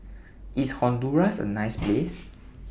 IS Honduras A nice Place